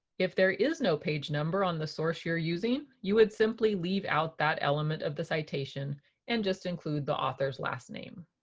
if there is no page number on the source you're using, you would simply leave out that element of the citation and just include the author's last name.